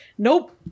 Nope